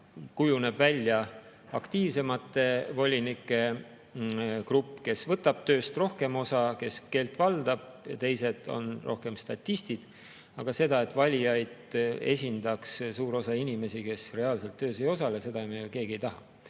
Kujuneb välja aktiivsemate volinike grupp, kes võtab tööst rohkem osa, kes keelt valdab, ja teised on rohkem statistid. Aga seda, et valijaid esindaks suur osa inimesi, kes reaalselt töös ei osale, me ju keegi ei taha.